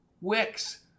Wicks